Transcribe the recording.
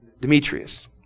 Demetrius